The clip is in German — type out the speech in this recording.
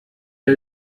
der